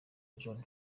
john